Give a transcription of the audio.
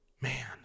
man